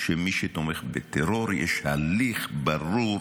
שמי שתומך בטרור, יש הליך ברור